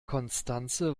constanze